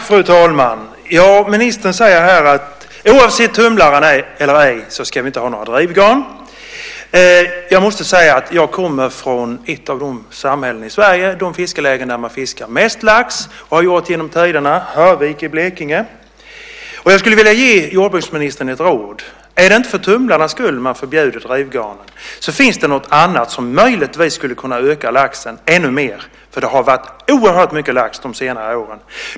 Fru talman! Ministern säger att oavsett tumlare eller ej ska vi inte ha några drivgarn. Jag kommer från ett av de samhällen och fiskelägen i Sverige, Hörvik i Blekinge, där man fiskar mest lax, och det har man gjort genom tiderna. Jag skulle vilja ge jordbruksministern ett råd. Är det inte för tumlarnas skull man har förbjudit drivgarn finns det något annat som möjligtvis skulle kunna öka laxen ännu mer, för det har varit oerhört mycket lax under de senare åren.